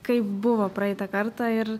kaip buvo praeitą kartą ir